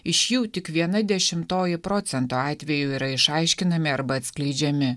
iš jų tik viena dešimtoji procento atvejų yra išaiškinami arba atskleidžiami